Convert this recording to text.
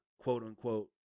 quote-unquote